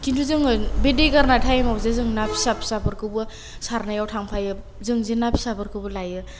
खिन्थु जोङो बे दै गारनायटाइमआवसो जों ना फिसा फिसा फोरखौबो सारनायाव थांफायो जों जे ना फिसाफोरबो लायो